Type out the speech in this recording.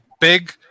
big